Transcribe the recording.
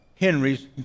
Henry's